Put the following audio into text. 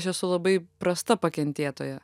aš esu labai prasta pakentėtoja